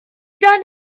done